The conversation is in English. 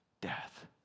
death